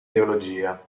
teologia